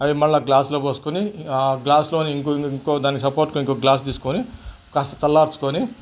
అవి మళ్ళీ గ్లాస్లో పోసుకొని గ్లాస్లోని ఇంకో ఇంకో దాని సపోర్ట్గా ఇంకో గ్లాస్ తీసుకొని కాస్తా చల్లార్చుకొని